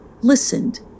listened